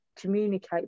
communicate